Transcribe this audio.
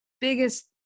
biggest